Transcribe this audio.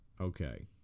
Okay